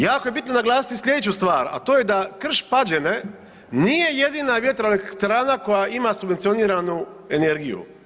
Jako je bitno naglasiti slijedeću stvar, a to je da Krš-Pađene nije jedina vjetroelektrana koja ima subvencioniranu energiju.